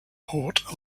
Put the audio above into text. port